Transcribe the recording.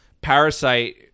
Parasite